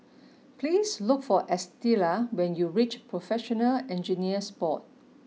please look for Estela when you reach Professional Engineers Board